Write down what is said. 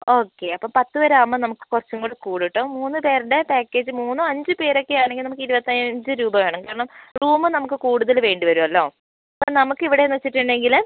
okay അപ്പോൾ പത്ത് പേരാകുമ്പോൾ നമുക്ക് കുറച്ചും കൂടി കൂടും കേട്ടോ മൂന്ന് പേരുടെ പാക്കേജ് മൂന്ന് അഞ്ച് പേരൊക്കെയാണെങ്കിൽ നമുക്ക് ഇരുപത്തിയഞ്ച് രൂപ വേണം കാരണം റൂമ് നമുക്ക് കൂടുതൽ വേണ്ടി വരുമല്ലോ അപ്പോൾ നമുക്ക് ഇവിടെയെന്ന് വച്ചിട്ടുണ്ടെങ്കിൽ